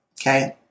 Okay